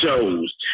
shows